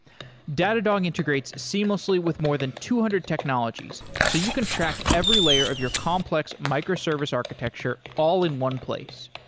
datadog integrates seamlessly with more than two hundred technologies, so you can track every layer of your complex microservice architecture all in one place.